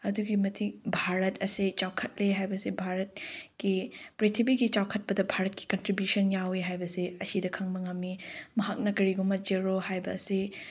ꯑꯗꯨꯛꯀꯤ ꯃꯇꯤꯛ ꯚꯥꯔꯠ ꯑꯁꯤ ꯆꯥꯎꯈꯠꯂꯦ ꯍꯥꯏꯕꯁꯤ ꯚꯥꯔꯠꯀꯤ ꯄ꯭ꯔꯤꯊꯤꯕꯤꯒꯤ ꯆꯥꯎꯈꯠꯄꯗ ꯚꯥꯔꯠꯀꯤ ꯀꯟꯇ꯭ꯔꯤꯕ꯭ꯌꯨꯁꯟ ꯌꯥꯎꯏ ꯍꯥꯏꯕꯁꯤ ꯑꯁꯤꯗ ꯈꯪꯕ ꯉꯝꯃꯤ ꯃꯍꯥꯛꯅ ꯀꯔꯤꯒꯨꯝꯕ ꯖꯦꯔꯣ ꯍꯥꯏꯕ ꯑꯁꯤ